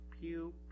pew